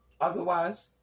Otherwise